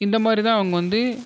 இந்த மாதிரி தான் அவங்க வந்து